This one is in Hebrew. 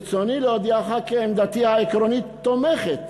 ברצוני להודיעך כי עמדתי העקרונית תומכת